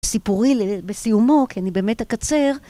סיפורי בסיומו, כי אני באמת הקצר.